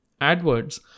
AdWords